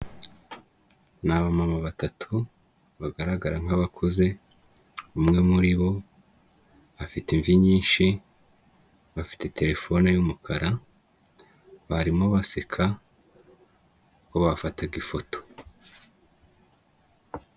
Ni abamama batatu bagaragara nk'abakuze, umwe muri bo bafite imvi nyinshi, bafite terefone y'umukara barimo baseka ubwo bafataga ifoto.